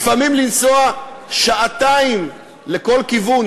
לפעמים לנסוע שעתיים לכל כיוון,